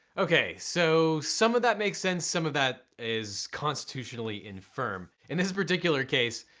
okay, so some of that makes sense some of that is constitutionally infirm. in this particular case,